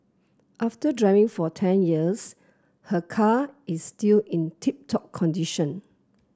after driving for ten years her car is still in tip top condition